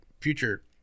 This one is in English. future